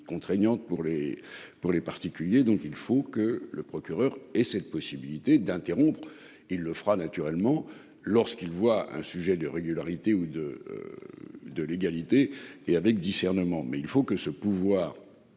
contraignante pour les pour les particuliers, donc il faut que le procureur et cette possibilité d'interrompre, il le fera naturellement lorsqu'ils voient un sujet de régularité ou de. De l'égalité et avec discernement mais il faut que ce pouvoir.